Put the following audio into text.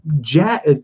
Jack